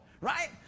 right